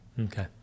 Okay